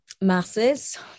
Masses